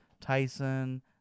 Tyson